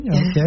Okay